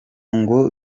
ngo